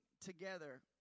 together